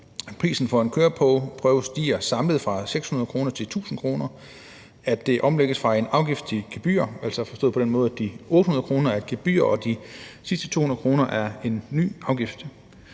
prisen for en køreprøve stiger samlet fra 600 kr. til 1.000 kr., og at det omlægges fra en afgift til et gebyr, forstået på den måde, at de 800 kr. er et gebyr, og at de sidste 200 kr. er en ny afgift.